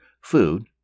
food